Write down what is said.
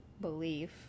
belief